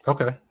Okay